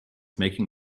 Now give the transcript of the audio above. making